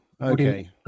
Okay